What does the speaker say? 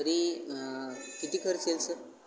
तरी किती खर्च येईल सर